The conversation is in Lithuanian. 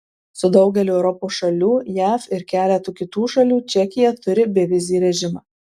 su daugeliu europos šalių jav ir keletu kitų šalių čekija turi bevizį režimą